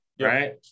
right